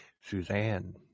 Suzanne